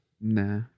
Nah